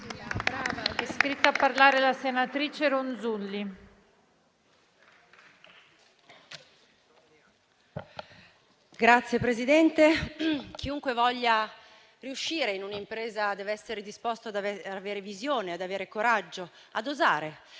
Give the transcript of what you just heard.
Signora Presidente, chiunque voglia riuscire in un'impresa dev'essere disposto ad avere visione e coraggio, ad osare